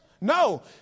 no